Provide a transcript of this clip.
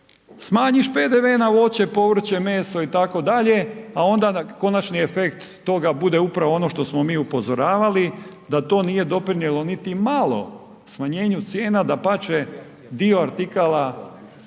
smanjiš PDV na voće, povrće, meso itd., a onda konačni efekt toga bude upravo ono što smo mi upozoravali da to nije doprinijelo niti malo smanjenju cijena, dapače povećale